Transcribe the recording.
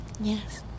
Yes